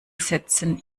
setzen